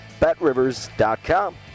BetRivers.com